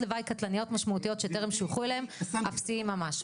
לוואי קטלניות משמעותיות שטרם שויכו אליהם אפסיים ממש.